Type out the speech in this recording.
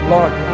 Lord